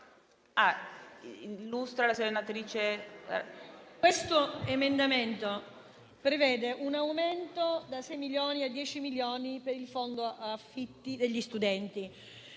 questo emendamento prevede un aumento da sei milioni a dieci milioni per il fondo affitti degli studenti.